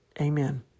Amen